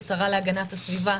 השרה להגנת הסביבה,